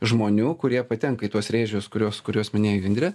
žmonių kurie patenka į tuos rėžius kuriuos kuriuos minėjo indrė